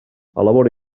elabora